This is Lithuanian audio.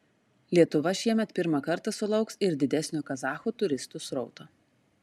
lietuva šiemet pirmą kartą sulauks ir didesnio kazachų turistų srauto